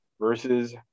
Versus